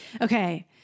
Okay